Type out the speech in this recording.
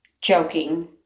joking